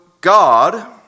God